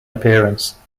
appearance